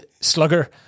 Slugger